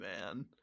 man